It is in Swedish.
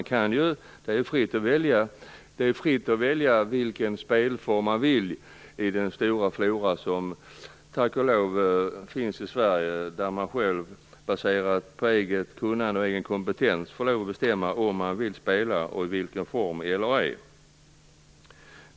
Det är fritt att välja vilken spelform man vill i den stora flora som tack och lov finns i Sverige. Baserat på eget kunnande och egen kompetens får man själv lov att bestämma om man vill spela eller ej och i vilken form.